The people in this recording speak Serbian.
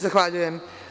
Zahvaljujem.